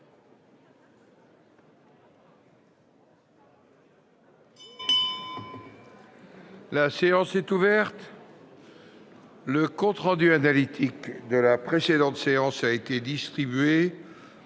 La séance est ouverte. Le compte rendu analytique de la précédente séance a été distribué.